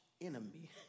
enemy